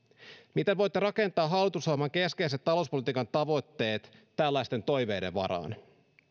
miten voitte rakentaa hallitusohjelman keskeiset talouspolitiikan tavoitteet tällaisten toiveiden varaan